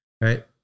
right